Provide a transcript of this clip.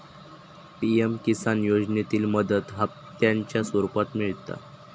PM Kisan योजनेतली मदत हप्त्यांच्या स्वरुपात मिळता